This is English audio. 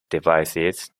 devices